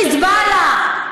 חיזבאללה,